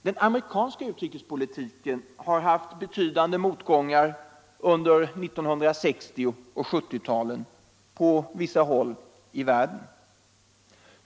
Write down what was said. Den amerikanska utrikespolitiken har haft betydande motgångar under 1960 och 1970-talen på vissa håll i världen.